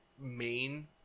main